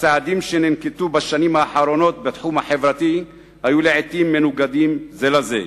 הצעדים שננקטו בשנים האחרונות בתחום החברתי היו לעתים מנוגדים זה לזה.